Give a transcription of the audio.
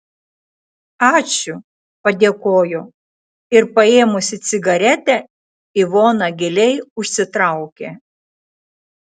ačiū padėkojo ir paėmusi cigaretę ivona giliai užsitraukė